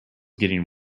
getting